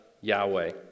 Yahweh